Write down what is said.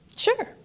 Sure